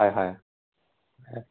হয় হয় অঁ